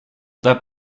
that